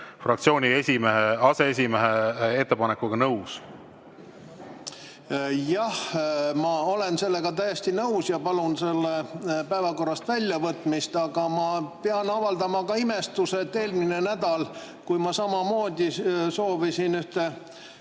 fraktsiooni aseesimehe ettepanekuga nõus. Jah, ma olen sellega täiesti nõus ja palun selle päevakorrast väljavõtmist, aga ma pean avaldama ka imestust. Eelmine nädal, kui ma samamoodi soovisin ühte